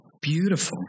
beautiful